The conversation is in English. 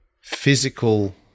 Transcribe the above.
physical